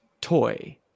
toy